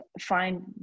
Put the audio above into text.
find